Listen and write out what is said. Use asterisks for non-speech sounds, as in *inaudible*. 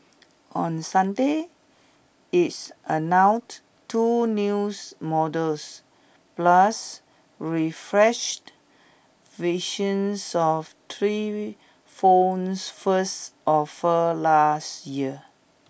on Sunday it's *unintelligible* two news models plus refreshed visions of three phones first offered last year